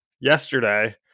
yesterday